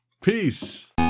Peace